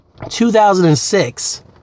2006